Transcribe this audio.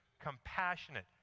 compassionate